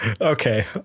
okay